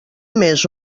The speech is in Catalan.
més